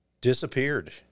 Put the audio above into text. Disappeared